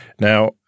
Now